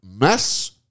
mess